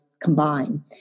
combine